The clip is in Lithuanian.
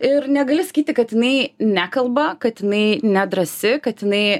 ir negali sakyti kad jinai nekalba kad jinai nedrąsi kad jinai